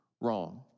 wrong